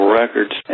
records